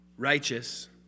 Righteous